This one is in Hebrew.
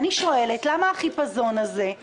בוודאי ובוודאי לגבי רישיון צלילה.